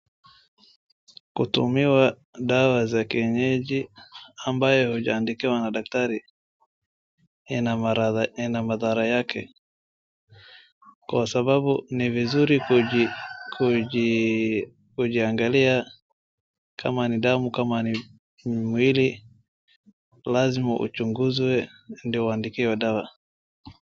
Kutumiwa dawa za kienyeji ambayo hujaandikiwa na daktari ina ina madhara yake. Kwa sababu ni vizuri kujiangalia kama ni damu kama ni mwili, lazima uchunguzwe ndio uandikiwe dawa.